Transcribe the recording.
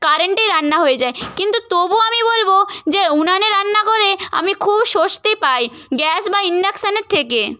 কারেন্টেই রান্না হয়ে যায় কিন্তু তবুও আমি বলবো যে উনানে রান্না করে আমি খুব স্বস্তি পাই গ্যাস বা ইন্ডাকশানের থেকে